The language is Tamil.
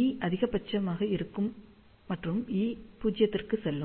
E அதிகபட்சம் இருக்கும் மற்றும் E 0 க்கு செல்லும்